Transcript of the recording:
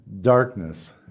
darkness